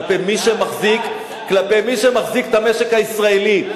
כלפי מי שמחזיק, כלפי מי שמחזיק את המשק הישראלי.